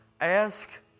Ask